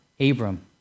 Abram